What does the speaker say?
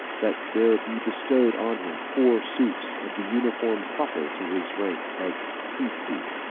that there be bestowed on him four suits of the uniform proper to his rank of ti-tu,